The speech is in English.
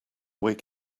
wake